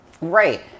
Right